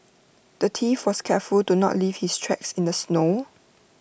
the thief was careful to not leave his tracks in the snow